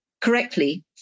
correctly